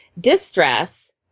Distress